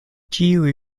ĉiuj